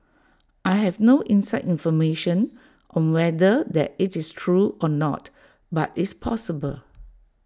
I have no inside information on whether that IT is true or not but it's possible